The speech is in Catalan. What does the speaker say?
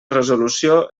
resolució